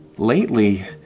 lately.